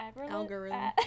algorithm